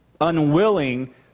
unwilling